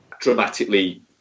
dramatically